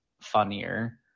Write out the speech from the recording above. funnier